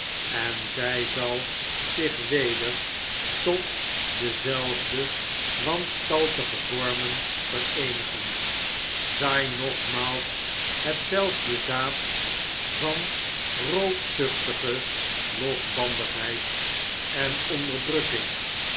en zg zal zich weder tot dezelfde wanstaltige vormen vereenigen zaai nogmaals hetzelfde zaad van roofzuchtige losbandigheid en onderdrukking